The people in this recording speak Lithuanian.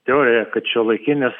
teoriją kad šiuolaikinis